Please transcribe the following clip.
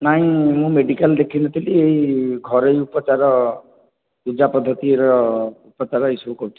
ନାଇଁ ମୁଁ ମେଡ଼ିକାଲ ଦେଖାଇ ନଥିଲି ଏହି ଘରୋଇ ଉପଚାର ପୂଜା ପଦ୍ଧତିର ଉପଚାର ଏହି ସବୁ କରିଥିଲି